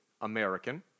American